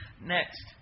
Next